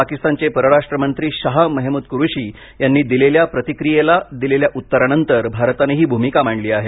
पाकिस्तानचे परराष्ट्र मंत्री शाह मेहमूद कुरेशी यांनी दिलेल्या प्रतिक्रियेला दिलेल्या उत्तरानंतर भारतानं ही भूमिका मांडली आहे